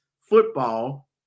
football